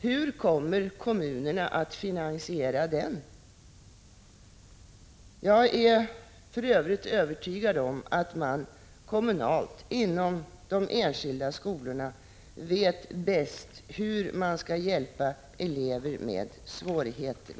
För övrigt är jag övertygad om att man kommunalt inom de enskilda skolorna vet bäst hur man skall hjälpa elever med svårigheter.